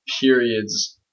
periods